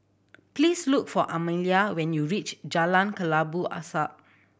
please look for Amalia when you reach Jalan Kelabu Asap